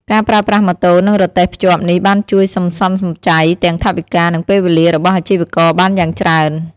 ការប្រើប្រាស់ម៉ូតូនិងរទេះភ្ជាប់នេះបានជួយសន្សំសំចៃទាំងថវិកានិងពេលវេលារបស់អាជីវករបានយ៉ាងច្រើន។